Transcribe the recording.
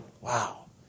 Wow